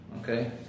Okay